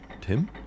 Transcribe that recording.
Tim